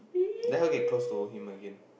let her get close to him again